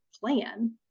plan